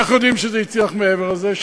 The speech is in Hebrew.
איך יודעים שזה הצליח מעבר לזה?